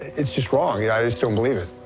it's just wrong. i just don't believe it.